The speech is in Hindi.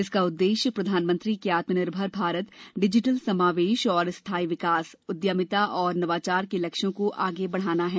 इसका उद्देश्य प्रधानमंत्री के आत्मनिर्भर भारत डिजिटल समावेश और स्थाई विकास उद्यभिता और नवाचार के लक्ष्यों को आगे बढ़ाना है